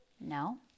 No